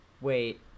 Wait